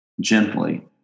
gently